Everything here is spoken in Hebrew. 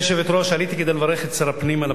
עליתי כדי לברך את שר הפנים על הפעולה הזאת.